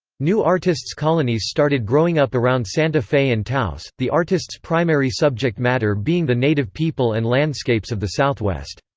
new artists' colonies started growing up around santa fe and taos, the artists' primary subject subject matter being the native people and landscapes of the southwest.